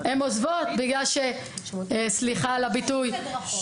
הן עוזבות בגלל שסליחה על הביטוי --- צריך הדרכות.